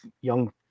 young